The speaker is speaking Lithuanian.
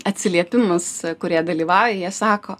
atsiliepimus kurie dalyvauja jie sako